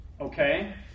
Okay